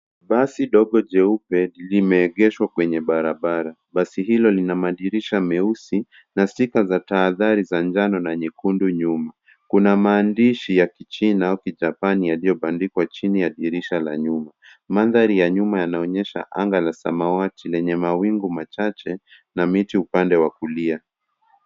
Basi dogo jeupe limeegeshwa kwenye barabara. Basi hilo lina madirisha meusi na stika za tahadhari za njano na nyekundu nyuma. Kuna maandishi ya kichina au kijapan yaliyobandikwa chini ya dirisha la nyuma. Mandhari ya nyuma yanaonyesha anga la samawati lenye mawingu machache na miti upande wa kulia.